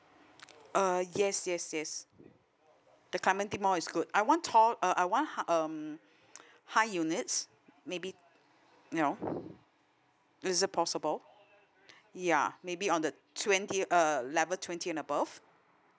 uh yes yes yes the clementi mall is good I want tall uh I want um high units maybe you know is it possible ya maybe on the twentieth uh level twenty and above